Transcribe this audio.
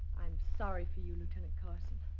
i'm sorry for you, lieutenant carson.